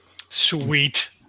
Sweet